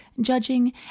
judging